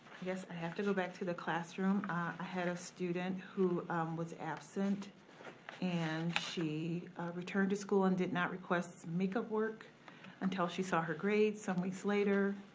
i guess i have to go back to the classroom. i had a student who was absent and she returned to school and did not request make-up work until she saw her grade some weeks later.